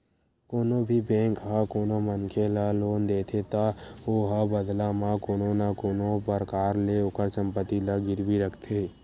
कोनो भी बेंक ह कोनो मनखे ल लोन देथे त ओहा बदला म कोनो न कोनो परकार ले ओखर संपत्ति ला गिरवी रखथे